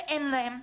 שאין להם,